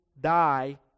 die